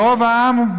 רוב העם,